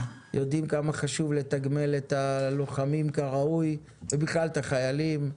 יודעים כמה חשוב לתגמל את הלוחמים כראוי ובכלל את החיילים.